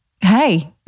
hey